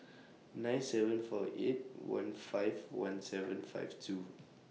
nine seven four eight one five one seven five two